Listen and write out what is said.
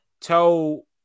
tell